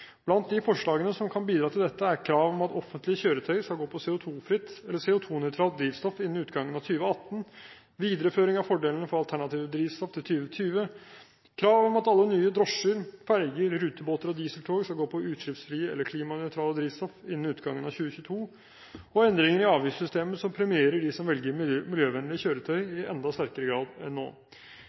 Blant de forslagene som kan bidra til dette, er krav om at offentlige kjøretøyer skal gå på CO2-fritt eller CO2-nøytralt drivstoff innen utgangen av 2018, videreføring av fordelene for alternative drivstoff til 2020, krav om at alle nye drosjer, ferger, rutebåter og dieseltog skal gå på utslippsfrie eller klimanøytrale drivstoff innen utgangen av 2022, og endringer i avgiftssystemet som premierer dem som velger miljøvennlige kjøretøyer i enda sterkere grad enn nå.